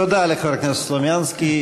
תודה לחבר הכנסת סלומינסקי.